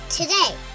today